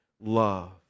love